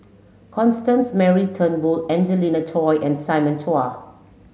Constance Mary Turnbull Angelina Choy and Simon Chua